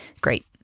great